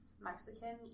Mexican